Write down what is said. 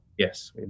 Yes